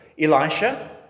Elisha